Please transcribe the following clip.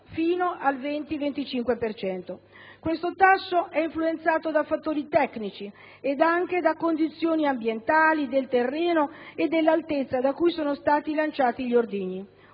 fino al 20-25 per cento. Questo tasso è influenzato da fattori tecnici ed anche da condizioni ambientali, del terreno e dell'altezza da cui sono stati lanciati gli ordigni.